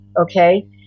okay